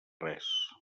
res